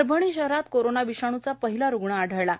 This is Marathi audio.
परभणी शहरात कोरोना विषाणूचा पहिला रुग्ण आढळला आहे